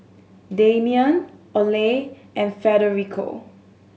Damian Oley and Federico